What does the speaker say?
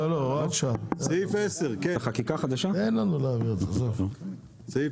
תיקון סעיף 639. בסעיף